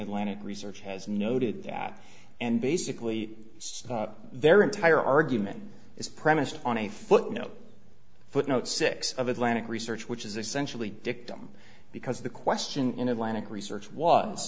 atlantic research has noted that and basically their entire argument is premised on a footnote footnote six of atlantic research which is essentially dictum because the question in atlantic research was